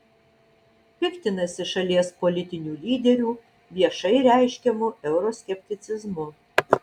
piktinasi šalies politinių lyderių viešai reiškiamu euroskepticizmu